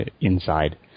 inside